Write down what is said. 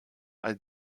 all